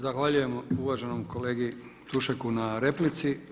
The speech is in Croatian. Zahvaljujem uvaženom kolegi Tušeku na replici.